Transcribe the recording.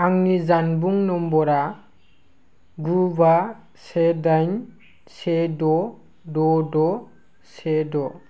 आंनि जानबुं नम्बरा गु बा से दाइन से द द द से द